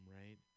right